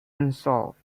unsolved